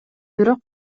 бирок